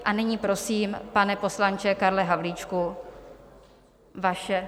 A nyní prosím, pane poslanče Karle Havlíčku, vaše...